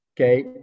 okay